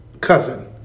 cousin